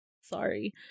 Sorry